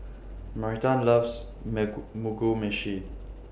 Marita loves Mugi Meshi